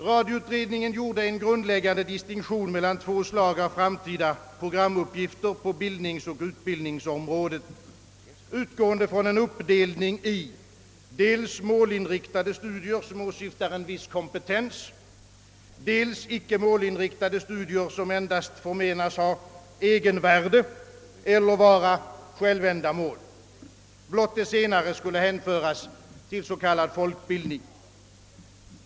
Radioutredningen gjorde en grundläggande distinktion mellan två slag av framtida programuppgifter på bildningsoch utbildningsområdet, utgående från en uppdelning i dels målinriktade studier, som åsyftar en viss kompetens, dels icke målinriktade studier, som endast förmenas ha egenvärde eller vara självändamål. Blott de senare skulle hänföras till s.k. folkbildning.